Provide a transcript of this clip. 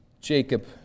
Jacob